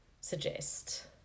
suggest